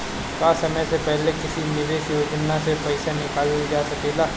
का समय से पहले किसी निवेश योजना से र्पइसा निकालल जा सकेला?